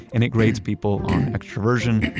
and it grades people on extroversion,